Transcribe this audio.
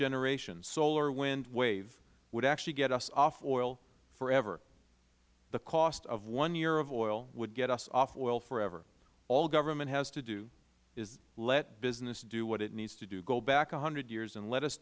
generation solar wind wave would actually get us off oil forever the cost of one year of oil would get us off oil forever all government has to do is let business do what it needs to do go back one hundred years and let us